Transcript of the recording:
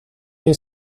que